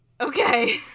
Okay